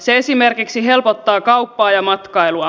se esimerkiksi helpottaa kauppaa ja matkailua